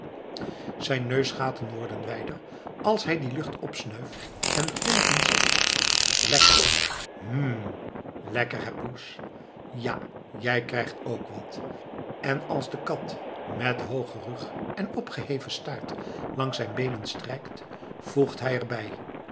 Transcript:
zijn neusgaten worden wijder als hij die lucht opsnuift en grinnekend zegt lekker hm lekker hé poes ja jij krijgt ook wat en als de kat met hoogen rug en opgeheven staart langs zijn beenen strijkt voegt hij er